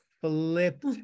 flipped